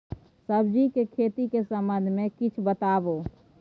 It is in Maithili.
सब्जी के खेती के संबंध मे किछ बताबू?